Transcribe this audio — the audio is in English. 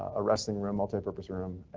ah arresting room, multipurpose room,